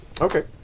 Okay